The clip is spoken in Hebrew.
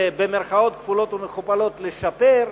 ובמירכאות כפולות ומכופלות לשפר,